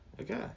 okay